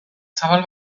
zabal